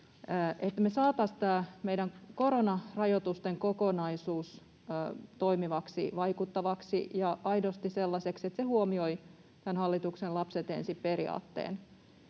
tämä meidän koronarajoitusten kokonaisuus toimivaksi, vaikuttavaksi ja aidosti sellaiseksi, että se huomioi tämän hallituksen lapset ensin ‑periaatteen.